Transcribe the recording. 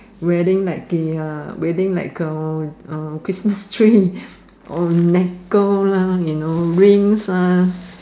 wedding like the a wedding like a a Christmas tree or necklace lah you know rings ah